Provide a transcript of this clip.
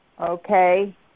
Okay